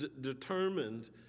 determined